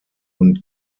und